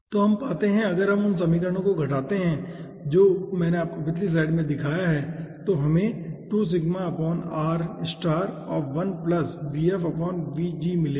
तो हम पाते हैं अगर हम उन समीकरणों को घटाते हैं जो मैंने आपको पिछली स्लाइड में दिखाया है तो हमें मिलेगा